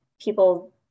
people